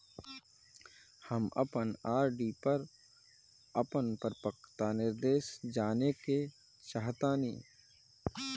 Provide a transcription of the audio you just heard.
हम अपन आर.डी पर अपन परिपक्वता निर्देश जानेके चाहतानी